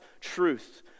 truth